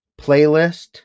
playlist